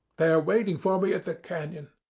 they are waiting for me at the canon.